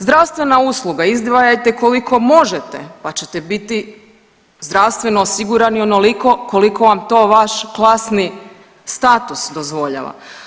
Zdravstvena usluga izdvajajte koliko možete pa ćete biti zdravstveno osigurani onoliko koliko vam to vaš klasni status dozvoljava.